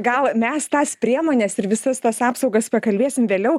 na gal mes tas priemones ir visas tas apsaugas pakalbėsime vėliau